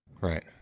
Right